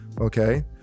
Okay